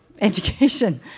education